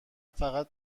فقط